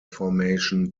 formation